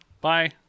Bye